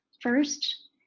First